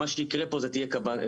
מה שיקרה כאן, תהיה קניבליזציה.